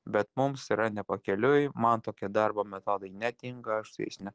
bet mums yra ne pakeliui man tokie darbo metodai netinka aš su jais ne